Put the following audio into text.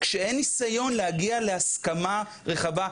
כשאין ניסיון להגיע להסכמה רחבה,